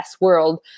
world